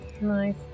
nice